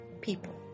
people